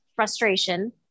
frustration